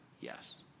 Yes